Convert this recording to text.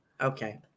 Okay